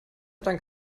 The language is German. dank